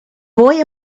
boy